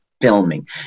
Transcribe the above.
filming